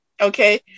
okay